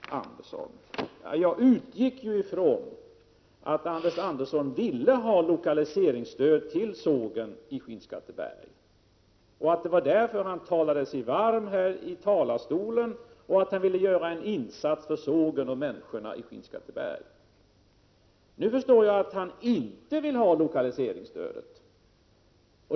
Jag utgick från att Anders Andersson ville ha lokaliseringsstöd till sågen i Skinnskatteberg och att det var därför han talade sig så varm här i talarstolen. Jag trodde att han ville göra en insats för sågen och för människorna i Skinnskatteberg. Nu förstår jag emellertid att han inte vill ha lokaliseringsstödet.